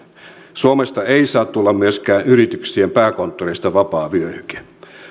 suomesta ei saa tulla myöskään yrityksien pääkonttoreista vapaa vyöhyke